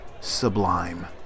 Sublime